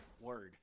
Word